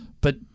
but-